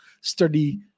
study